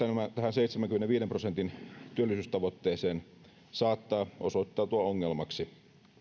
seitsemänkymmenenviiden prosentin työllisyystavoitteeseen saattaa osoittautua ongelmaksi